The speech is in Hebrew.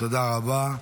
תודה רבה.